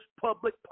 public